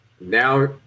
now